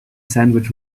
sandwich